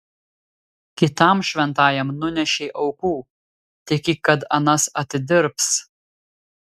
kitam šventajam nunešei aukų tiki kad anas atidirbs